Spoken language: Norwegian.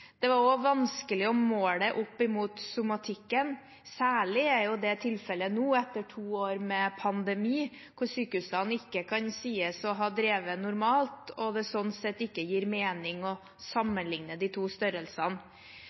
Det var også vanskelig å måle opp mot somatikken. Særlig er det tilfellet nå etter to år med pandemi, hvor sykehusene ikke kan sies å ha drevet normalt, og det sånn sett ikke gir mening å sammenligne de to størrelsene.